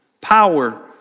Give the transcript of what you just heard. Power